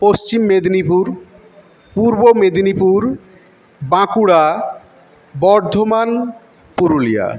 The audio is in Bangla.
পশ্চিম মেদিনীপুর পূর্ব মেদিনীপুর বাঁকুড়া বর্ধমান পুরুলিয়া